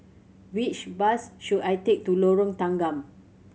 which bus should I take to Lorong Tanggam